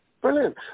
Brilliant